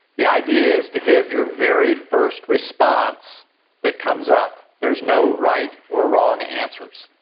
the idea is to give your very first response that comes up. there's no right or wrong answers.